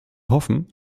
hoffen